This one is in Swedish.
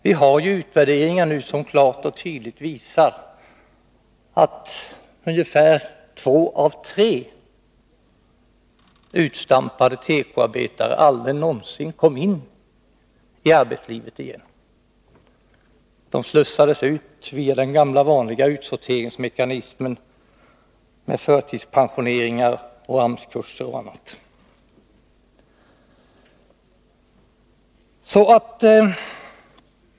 Vi har nu utvärderingar som klart och tydligt visar att ungefär två av tre utstampade tekoarbetare aldrig någonsin kom in i arbetslivet igen. De slussades ut via den gamla vanliga utsorteringsmekanismen med förtidspensioneringar, AMS-kurser och annat.